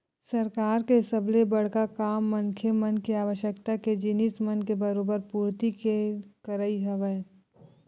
सरकार के सबले बड़का काम मनखे मन के आवश्यकता के जिनिस मन के बरोबर पूरति के करई हवय